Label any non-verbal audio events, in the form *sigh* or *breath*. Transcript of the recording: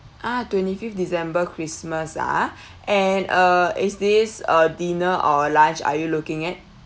ah twenty-fifth december christmas ah *breath* and uh is this a dinner or a lunch are you looking at